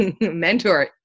mentor